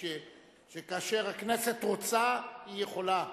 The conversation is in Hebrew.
שכאשר הכנסת רוצה היא יכולה.